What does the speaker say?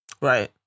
Right